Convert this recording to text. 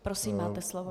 Prosím, máte slovo.